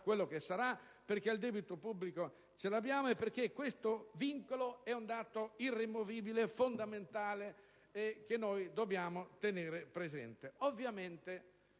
quello che sarà, perché il debito pubblico lo abbiamo e perché questo vincolo è un dato irremovibile e fondamentale che dobbiamo tener presente.